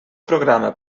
programa